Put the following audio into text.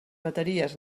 bateries